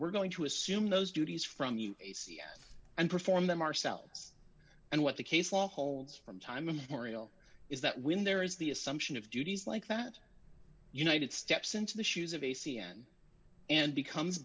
we're going to assume those duties from you and perform them ourselves and what the case law holds from time immemorial is that when there is the assumption of judy's like that united steps into the shoes of a c n and becomes